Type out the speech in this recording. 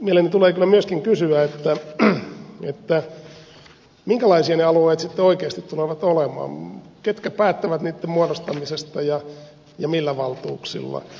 mieleeni tulee kyllä kysyä myöskin minkälaisia ne alueet sitten oikeasti tulevat olemaan ketkä päättävät niitten muodostamisesta ja millä valtuuksilla